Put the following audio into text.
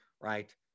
right